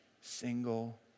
single